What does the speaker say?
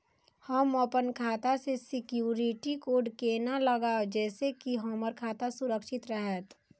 हम अपन खाता में सिक्युरिटी कोड केना लगाव जैसे के हमर खाता सुरक्षित रहैत?